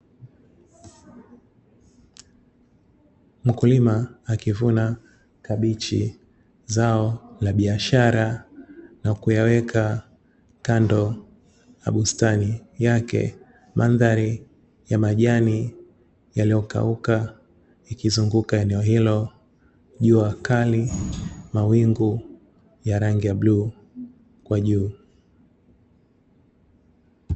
Mkulima akivuna kabichi zao la biashara na kuyaweka kando na bustani yake, mandhari ya majani yaliyokauka ikizunguka eneo hilo, jua kali mawingu ya rangi ya bluu kwa juu.